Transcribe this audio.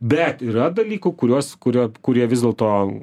bet yra dalykų kuriuos kuria kurie vis dėlto